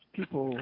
people